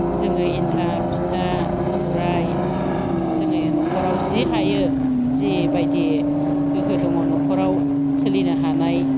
जोङो एनथाब फिथा सौराय जोङो नखराव जि हायो जि बायदि गोहो दङ नखराव सोलिनो हानाय